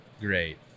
great